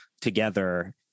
together